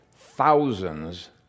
thousands